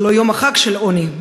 זה לא יום החג של העוני,